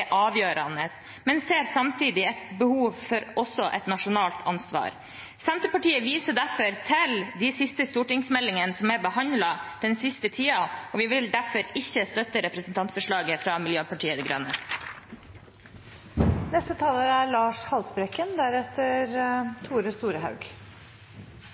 avgjørende, men ser samtidig et behov for også et nasjonalt ansvar. Senterpartiet viser derfor til de siste stortingsmeldingene som er behandlet den siste tiden, og vi vil derfor ikke støtte representantforslaget fra Miljøpartiet De Grønne.